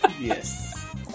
Yes